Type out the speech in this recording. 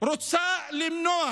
רוצה למנוע